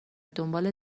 دنبال